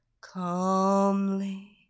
Calmly